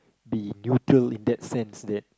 be neutral in that sense that